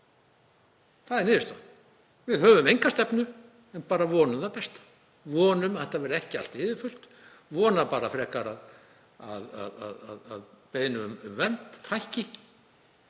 Það er niðurstaðan. Við höfum enga stefnu en bara vonum það besta og vonum að það verði ekki allt yfirfullt, vonum frekar að beiðnum um vernd fækki